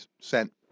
sent